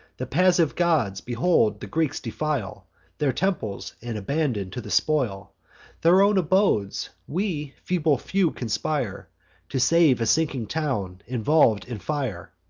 the passive gods behold the greeks defile their temples, and abandon to the spoil their own abodes we, feeble few, conspire to save a sinking town, involv'd in fire.